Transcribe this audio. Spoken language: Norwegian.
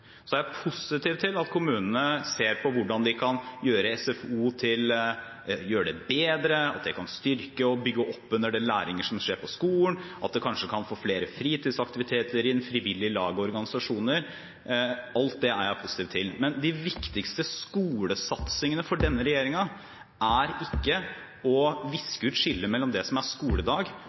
er positiv til at kommunene ser på hvordan de kan gjøre SFO bedre, hvordan tilbudet kan styrke og bygge opp under den læringen som skjer på skolen, og at man kanskje kan få flere fritidsaktiviteter og frivillige lag og organisasjoner inn i tilbudet. Alt det er jeg positiv til. Men de viktigste skolesatsingene for denne regjeringen er ikke å viske ut skillet mellom det som er skoledag,